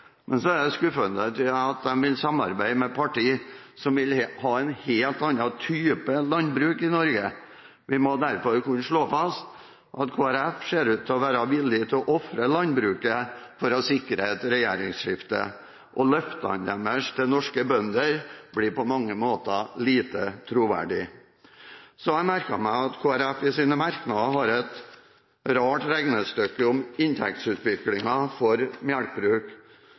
Men så er det skuffende at de vil samarbeide med partier som vil ha en helt annen type landbruk i Norge. Vi må derfor kunne slå fast at Kristelig Folkeparti ser ut til å være villig til å ofre landbruket for å sikre et regjeringsskifte, og løftene deres til norske bønder blir på mange måter lite troverdige. Så har jeg merket meg at Kristelig Folkepartis merknader har et rart regnestykke om inntektsutviklingen for